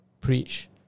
preach